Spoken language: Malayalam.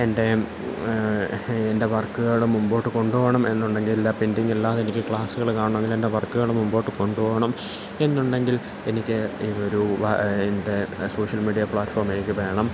എൻറ്റെം എൻ്റെ വർക്കുകൾ മുമ്പോട്ട് കൊണ്ടു പോകണം എന്നുണ്ടെങ്കിൽ എല്ലാ പെൻറ്റിങ്ങില്ലാതെനിക്ക് ക്ലാസ്സ്കള് കാണണം എങ്കിൽ എൻ്റെ വർക്ക്കള് മുമ്പോട്ട് കൊണ്ടുപോകണം എന്നുണ്ടെങ്കിൽ എനിക്ക് ഒരു എൻ്റെ സോഷ്യൽ മീഡിയ പ്ലാട്ട്ഫോർം എനിക്ക് വേണം